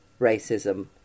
racism